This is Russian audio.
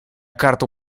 карту